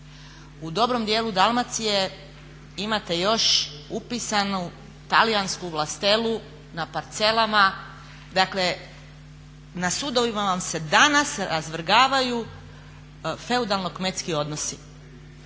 U dobrom dijelu Dalmacije imati još upisanu talijansku vlastelu na parcelama, dakle na sudovima vam se danas razvrgavaju feudalno-kmetski odnosi